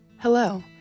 Hello